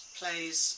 plays